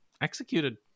executed